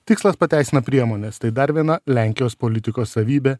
tikslas pateisina priemones tai dar viena lenkijos politiko savybė